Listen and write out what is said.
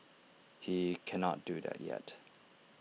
he cannot do that yet